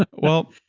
but well,